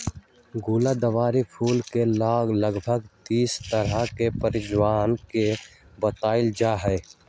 गुलदावरी फूल के लगभग तीस तरह के प्रजातियन के बतलावल जाहई